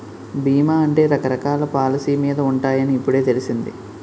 బీమా అంటే రకరకాల పాలసీ మీద ఉంటాయని ఇప్పుడే తెలిసింది